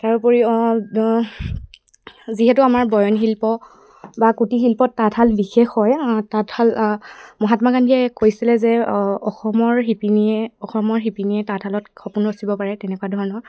তাৰোপৰি যিহেতু আমাৰ বয়ন শিল্প বা কুটিশিল্পত তাঁতশাল বিশেষ হয় তাঁতশাল মহাত্মা গান্ধীয়ে কৈছিলে যে অসমৰ শিপিনীয়ে অসমৰ শিপিনীয়ে তাঁতশালত সপোন ৰচিব পাৰে তেনেকুৱা ধৰণৰ